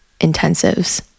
intensives